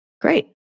Great